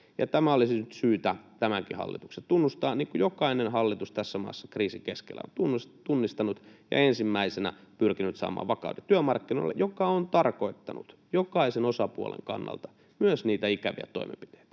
Tämä olisi nyt syytä tämänkin hallituksen tunnistaa, niin kuin jokainen hallitus tässä maassa kriisin keskellä on tunnistanut ja ensimmäisenä pyrkinyt saamaan vakauden työmarkkinoille, joka on tarkoittanut jokaisen osapuolen kannalta myös niitä ikäviä toimenpiteitä.